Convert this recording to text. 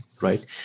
right